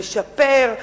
לשפר,